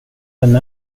vem